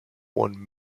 won